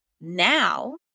now